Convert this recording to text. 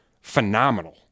phenomenal